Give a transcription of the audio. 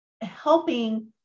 helping